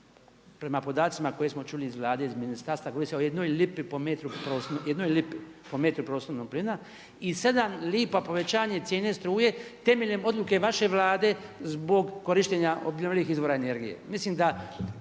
prema podacima koje smo čuli iz Vlade, iz ministarstva govori se o jednoj lipi po metru, o jednoj lipi po metru prostornog plina i 7 lipa povećanje cijene struje temeljem odluke vaše Vlade zbog korištenja obnovljivih izvora energije. Mislim da